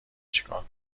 چیکار